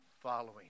following